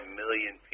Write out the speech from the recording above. million